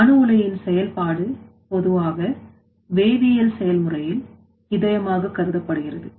அணு உலையின் செயல்பாடு பொதுவாக வேதியியல் செயல்முறையில் இதயமாக கருதப்படுகிறது